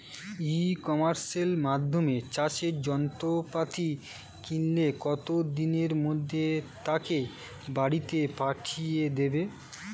ই কমার্সের মাধ্যমে চাষের যন্ত্রপাতি কিনলে কত দিনের মধ্যে তাকে বাড়ীতে পাঠিয়ে দেবে?